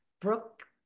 Brooke